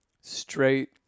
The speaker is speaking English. straight